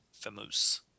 famous